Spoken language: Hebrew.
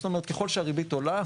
זאת אומרת ככל שהריבית עולה,